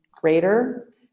greater